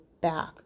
back